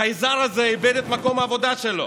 החייזר הזה איבד את מקום העבודה שלו.